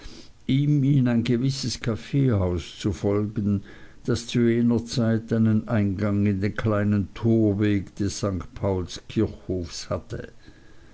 ihm in ein gewisses kaffeehaus zu folgen das zu jener zeit einen eingang in den kleinen torweg des st paulskirchhofs hatte